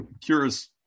curious